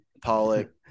Pollock